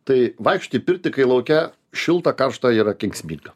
tai vaikščiot į pirtį kai lauke šilta karšta yra kenksminga